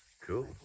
cool